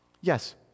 Yes